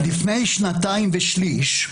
מבוגר, הנציג.